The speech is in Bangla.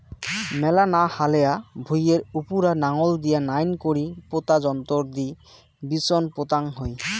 মেলা না হালেয়া ভুঁইয়ের উপুরা নাঙল দিয়া নাইন করি পোতা যন্ত্রর দি বিচোন পোতাং হই